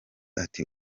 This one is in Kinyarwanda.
ati